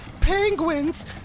penguins